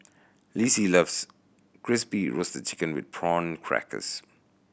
Lessie loves Crispy Roasted Chicken with Prawn Crackers